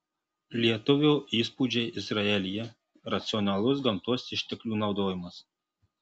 lietuvio įspūdžiai izraelyje racionalus gamtos išteklių naudojimas